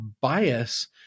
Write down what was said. bias